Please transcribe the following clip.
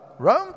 Rome